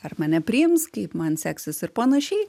ar mane priims kaip man seksis ir panašiai